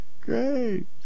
Great